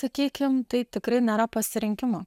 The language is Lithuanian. sakykim tai tikrai nėra pasirinkimo